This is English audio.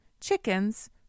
chickens